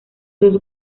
dos